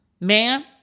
Ma'am